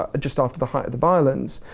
ah just after the height of the violence,